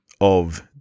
of-